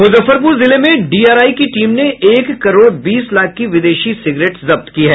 मुजफ्फरपुर जिले में डीआरआई की टीम ने एक करोड़ बीस लाख की विदेशी सिगरेट जब्त की है